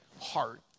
heart